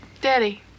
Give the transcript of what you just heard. Daddy